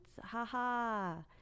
ha-ha